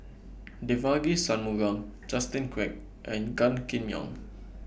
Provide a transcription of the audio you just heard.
Devagi Sanmugam Justin Quek and Gan Kim Yong